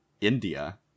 India